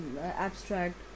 abstract